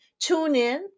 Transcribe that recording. TuneIn